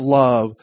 love